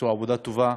הם עשו עבודה טובה,